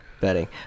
betting